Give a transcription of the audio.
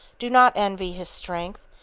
do not envy his strength,